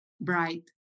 bright